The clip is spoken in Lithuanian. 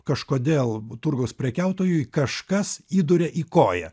kažkodėl turgaus prekiautojui kažkas įduria į koją